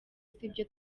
sibyo